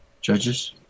Judges